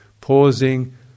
pausing